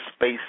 space